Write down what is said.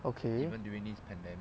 okay